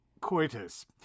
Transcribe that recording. coitus